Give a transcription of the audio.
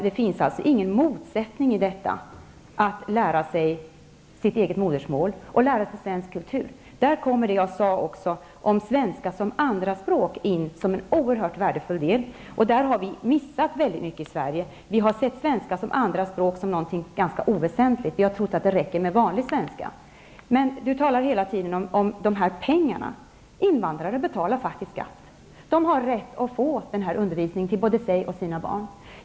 Det finns ingen motsättning i detta att man lär sig sitt eget modersmål och svensk kultur. Där kommer det jag sade om svenska såsom andraspråk in såsom en oerhört värdefull del. Där har vi missat mycket i Sverige. Vi har sett svenska såsom andraspråk såsom någonting ganska oväsentligt. Vi har trott att det räcker med vanlig svenska. Ian Wachtmeister talar hela tiden om pengarna. Invandrarna betalar faktiskt skatt. De har rätt att få denna undervisning både för sig och för sina barn.